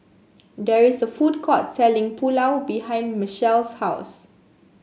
there is a food court selling Pulao behind Machelle's house